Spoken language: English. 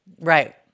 Right